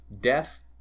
death